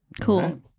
Cool